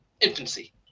infancy